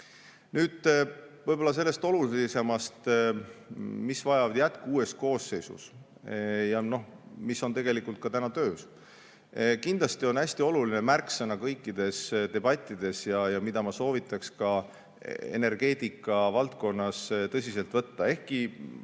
Nüüd [räägin] sellest olulisemast, mis vajab jätku uues koosseisus ja mis on tegelikult ka juba töös. Kindlasti on hästi oluline märksõna kõikides debattides ["kokkuhoid"]. Ma soovitaks seda ka energeetikavaldkonnas tõsiselt võtta, ehkki